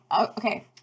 Okay